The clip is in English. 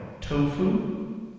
TOFU